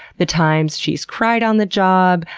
the times she's cried on the job,